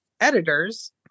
editors